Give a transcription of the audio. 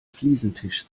fliesentisch